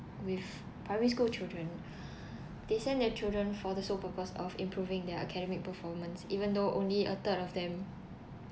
with primary school children they send their children for the sole purpose of improving their academic performance even though only a third of them